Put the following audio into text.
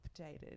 updated